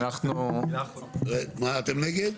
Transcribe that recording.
אתם נגד?